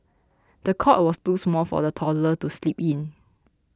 the cot was too small for the toddler to sleep in